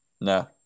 no